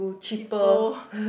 cheapo